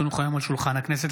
כי הונחו היום על שולחן הכנסת,